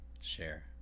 Share